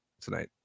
tonight